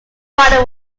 body